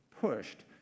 pushed